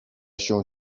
się